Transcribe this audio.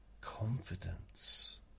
Confidence